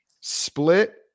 split